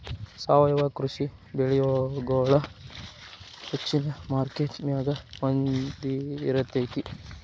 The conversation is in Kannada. ಸಾವಯವ ಕೃಷಿ ಬೆಳಿಗೊಳ ಹೆಚ್ಚಿನ ಮಾರ್ಕೇಟ್ ಮೌಲ್ಯ ಹೊಂದಿರತೈತಿ